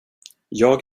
jag